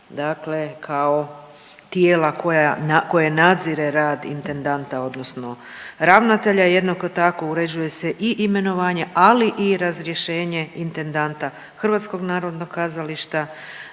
vijeća kao tijela koje nadzire rad intendanta odnosno ravnatelja. Jednako tako uređuje se i imenovanje ali i razrješenje intendanta HNK, intendanata